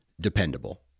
dependable